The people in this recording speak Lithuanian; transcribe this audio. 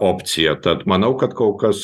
opcija tad manau kad kol kas